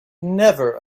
never